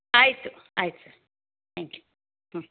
ಆಯಿತು ಆಯ್ತು sir thank you ಹಾಂ